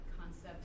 concept